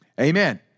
Amen